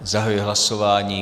Zahajuji hlasování.